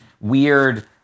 weird